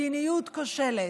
מדיניות כושלת.